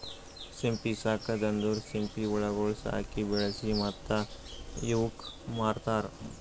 ಸಿಂಪಿ ಸಾಕದ್ ಅಂದುರ್ ಸಿಂಪಿ ಹುಳಗೊಳ್ ಸಾಕಿ, ಬೆಳಿಸಿ ಮತ್ತ ಇವುಕ್ ಮಾರ್ತಾರ್